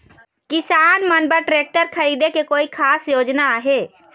किसान मन बर ट्रैक्टर खरीदे के कोई खास योजना आहे?